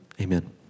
amen